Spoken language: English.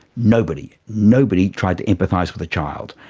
nobody, nobody tried to empathise with child,